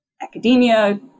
academia